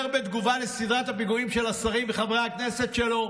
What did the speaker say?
הוא אומר בתגובה על סדרת הפיגועים של השרים בחברי הכנסת שלו: